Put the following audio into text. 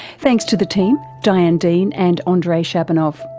thanks to the team diane dean and andre shabanov.